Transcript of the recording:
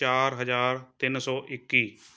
ਚਾਰ ਹਜ਼ਾਰ ਤਿੰਨ ਸੌ ਇੱਕੀ